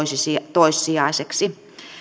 toissijaiseksi